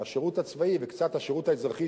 על השירות הצבאי וקצת על השירות האזרחי,